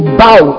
bow